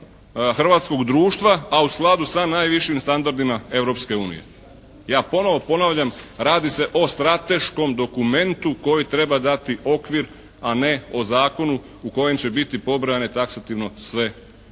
hrvatskog društva, a u skladu sa najvišim standardima Europske unije. Ja ponovo ponavljam radi se o strateškom dokumentu koji treba dati okvir a ne o zakonu u kojem će biti pobrojane taksativno sve mjere.